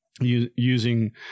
using